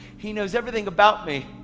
he knows everything about me.